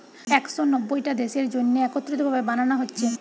একশ নব্বইটা দেশের জন্যে একত্রিত ভাবে বানানা হচ্ছে